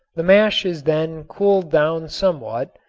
the mash is then cooled down somewhat,